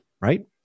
right